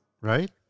right